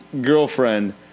girlfriend